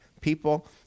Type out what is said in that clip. people